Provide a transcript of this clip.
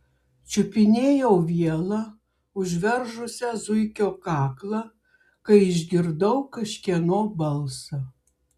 čiupinėjau vielą užveržusią zuikio kaklą kai išgirdau kažkieno balsą